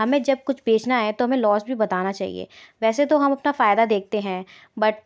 हमें जब कुछ बेचना है तो हमें लॉस भी बताना चाहिए वैसे तो हम अपना फायदा देखते हैं बट